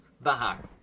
Bahar